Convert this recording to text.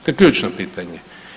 To je ključno pitanje.